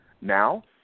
Now